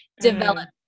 develop